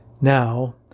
Now